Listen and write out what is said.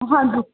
ਹਾਂਜੀ